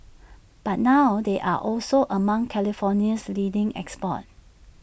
but now they are also among California's leading exports